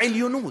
העליונות,